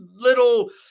Little